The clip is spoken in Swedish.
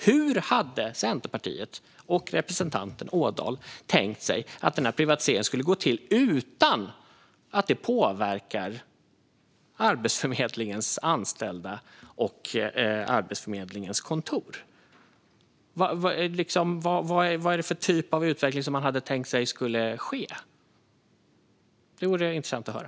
Hur hade Centerpartiet och representanten Ådahl tänkt sig att det skulle gå till att göra privatiseringen utan att påverka Arbetsförmedlingens anställda och Arbetsförmedlingens kontor? Vad var det för utveckling man hade tänkt sig skulle ske? Det vore intressant att höra.